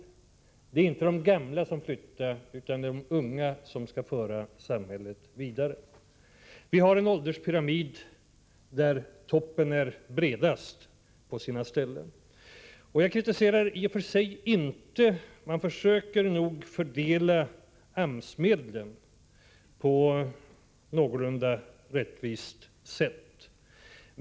Det är inte de gamla som flyttar utan de unga som skulle föra samhället vidare. På vissa ställen i landet har vi en ålderspyramid där det är toppen som är bredast. Regeringen försöker nog fördela AMS-medlen på ett någorlunda rättvist sätt.